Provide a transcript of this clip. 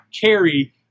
carry